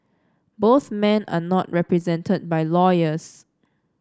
both men are not represented by lawyers